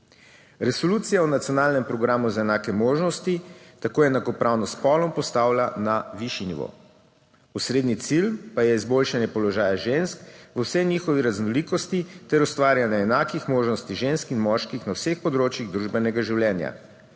Resolucija o nacionalnem programu za enake možnosti tako enakopravnost spolov postavlja na višji nivo. Osrednji cilj pa je izboljšanje položaja žensk v vsej njihovi raznolikosti ter ustvarjanje enakih možnosti žensk in moških na vseh področjih družbenega življenja.